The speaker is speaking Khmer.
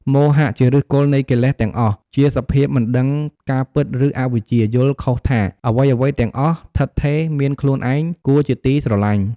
មោហៈ ជាឫសគល់នៃកិលេសទាំងអស់ ជាសភាពមិនដឹងការពិត ឬ អវិជ្ជា យល់ខុសថា អ្វីៗទាំងអស់ឋិតថេរ មានខ្លួនឯង គួរជាទីស្រលាញ់។